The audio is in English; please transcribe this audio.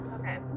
Okay